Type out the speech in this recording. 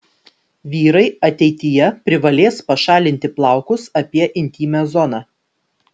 vyrai ateityje privalės pašalinti plaukus apie intymią zoną